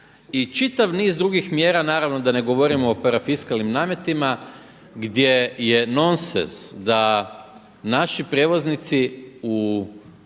i čitav niz drugih mjera, naravno da ne govorimo o parafiskalnim nametima gdje je nonsense da naši prijevoznici,